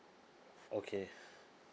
okay